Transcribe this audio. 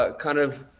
ah kind of